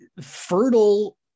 fertile